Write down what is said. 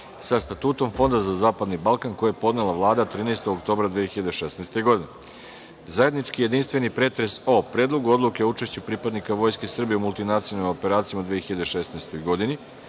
sa statutom fonda za zapadni Balkan, koji je podnela Vlada 13. oktobra 2016. godine. Zajednički jedinstveni o predlogu odluke o učešću pripadnika Vojske Srbije u multinacionalnim operacijama u 2016. godini,